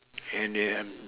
and they have